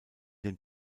den